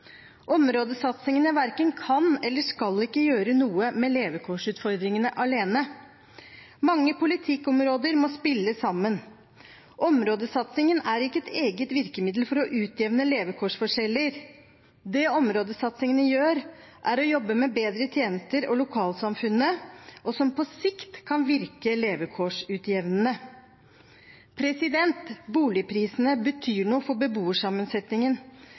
Områdesatsingene verken kan eller skal gjøre noe med levekårsutfordringene alene. Mange politikkområder må spille sammen. Områdesatsingene er ikke et eget virkemiddel for å utjevne levekårsforskjeller. Det områdesatsingene gjør, er å jobbe med bedre tjenester og lokalsamfunnene, noe som på sikt kan virke levekårsutjevnende. Boligprisene betyr noe for beboersammensetningen,